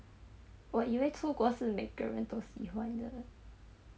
我以为出国是每个人都喜欢的